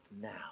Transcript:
now